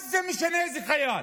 מה זה משנה איזה חייל?